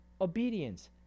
obedience